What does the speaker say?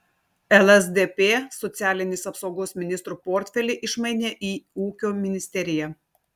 lsdp socialinės apsaugos ministro portfelį išmainė į ūkio ministeriją